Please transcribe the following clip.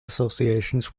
associations